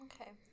Okay